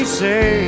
say